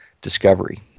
discovery